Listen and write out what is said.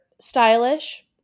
stylish